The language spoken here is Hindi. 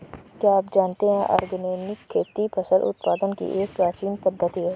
क्या आप जानते है ऑर्गेनिक खेती फसल उत्पादन की एक प्राचीन पद्धति है?